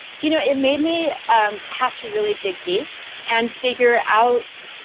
you know it made me um have to really dig deep and figure out,